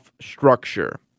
structure